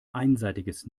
einseitiges